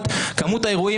אז אספר לך מה היה בכרכור.